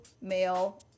male